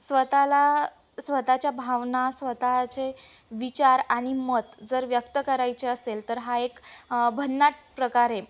स्वतःला स्वतःच्या भावना स्वतःचे विचार आणि मत जर व्यक्त करायचे असेल तर हा एक भन्नाट प्रकार आहे